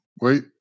wait